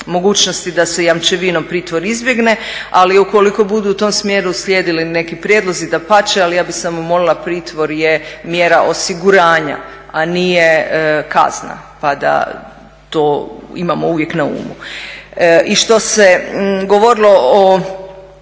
mogućnosti da se jamčevinom pritvor izbjegne, ali ukoliko budu u tom smjeru slijedili neki prijedlozi dapače, ali ja bi samo molila pritvor je mjera osiguranja a nije kazna pa da to imamo uvijek na umu. I što se govorilo o